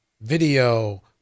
video